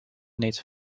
niet